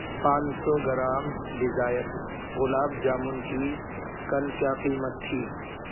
پانچ سو gram desire gulab jamun کی کل کیا قیمت تھی